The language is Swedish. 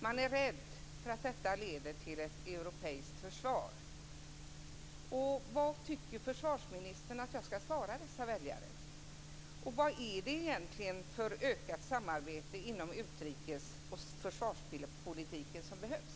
Man är rädd att detta skall leda till ett europeiskt försvar. Vad tycker försvarsministern att jag skall svara dessa väljare, och vad är det egentligen för ett ökat samarbete inom utrikesoch försvarspolitiken som behövs?